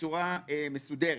בצורה מסודרת.